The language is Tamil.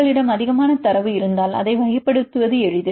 உங்களிடம் அதிகமான தரவு இருந்தால் அதை வகைப்படுத்துவது எளிது